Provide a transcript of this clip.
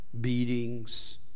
beatings